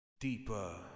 Deeper